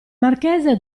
marchese